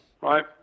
Right